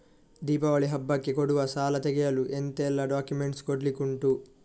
ದೀಪಾವಳಿ ಹಬ್ಬಕ್ಕೆ ಕೊಡುವ ಸಾಲ ತೆಗೆಯಲು ಎಂತೆಲ್ಲಾ ಡಾಕ್ಯುಮೆಂಟ್ಸ್ ಕೊಡ್ಲಿಕುಂಟು?